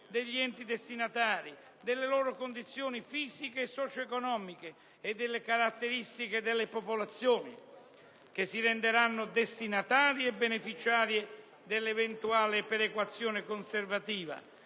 degli enti destinatari, delle loro condizioni fisiche e socio-economiche e delle caratteristiche delle popolazioni che si renderanno destinatarie e beneficiarie dell'eventuale perequazione conservativa,